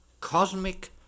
cosmic